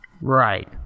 Right